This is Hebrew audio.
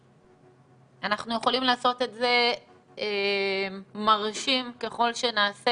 אנחנו יכולים לעשות את זה מרשים ככל שנעשה,